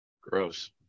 gross